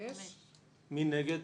מי נגד?